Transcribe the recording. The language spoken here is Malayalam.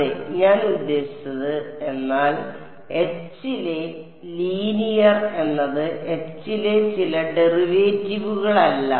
അതെ ഞാൻ ഉദ്ദേശിച്ചത് എന്നാൽ H ലെ ലീനിയർ എന്നത് H ലെ ചില ഡെറിവേറ്റീവുകളല്ല